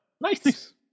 nice